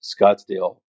Scottsdale